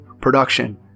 production